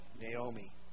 Naomi